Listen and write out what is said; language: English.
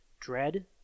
Dread